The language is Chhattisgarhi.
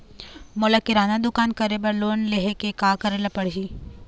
मोला किराना दुकान करे बर लोन लेहेले का करेले पड़ही?